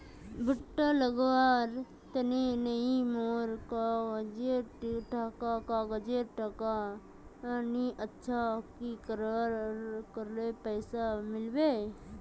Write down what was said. भुट्टा लगवार तने नई मोर काजाए टका नि अच्छा की करले पैसा मिलबे?